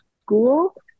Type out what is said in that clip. school